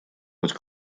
быть